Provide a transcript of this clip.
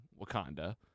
wakanda